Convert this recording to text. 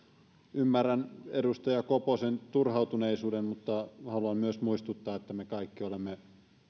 ymmärrän edustaja koposen turhautuneisuuden mutta haluan myös muistuttaa että me kaikki olemme